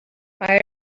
fire